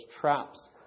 traps